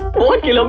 what killer!